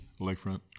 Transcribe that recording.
Lakefront